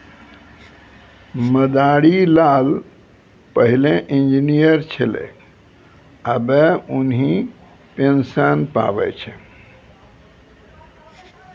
मदारी लाल पहिलै इंजीनियर छेलै आबे उन्हीं पेंशन पावै छै